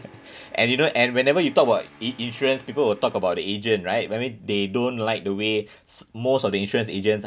and you know and whenever you talk about in~ insurance people will talk about the agent right I mean they don't like the way most of the insurance agents